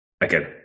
again